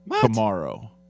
tomorrow